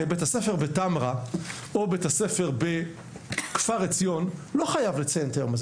הרי בית הספר בטמרה או בית הספר בכפר עציון לא חייב לציין את היום הזה.